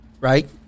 right